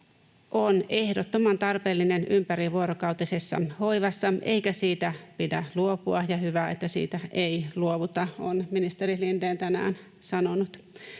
on ehdottoman tarpeellinen ympärivuorokautisessa hoivassa, eikä siitä pidä luopua, ja hyvä, että siitä ei luovuta. Näin on ministeri Lindén tänään sanonut.